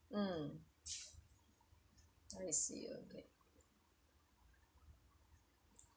mm let me see okay